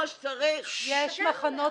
יש מחנות